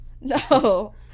No